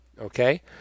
okay